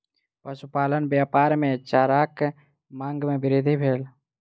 पशुपालन व्यापार मे चाराक मांग मे वृद्धि भेल